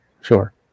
Sure